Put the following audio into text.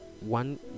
one